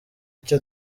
icyo